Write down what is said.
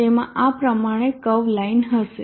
તેમાં આ પ્રમાણે કર્વ લાઈન હશે